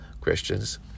Christians